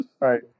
Right